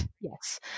Yes